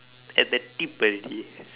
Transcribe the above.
at the tip already